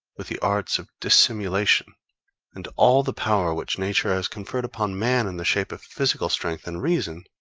with the arts of dissimulation and all the power which nature has conferred upon man in the shape of physical strength and reason,